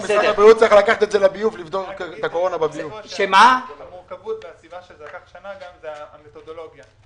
2.5. הסיבה שזה לקח שנה זה גם בגלל המורכבות וגם בגלל המתודולוגיה.